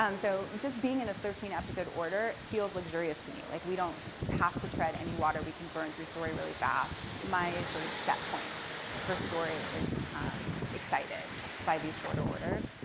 um so just being in a thirteen episode order feels luxurious to me. like we don't have to tread any water. we can burn through story really fast. my sort of set point for story is excited by these shorter orders.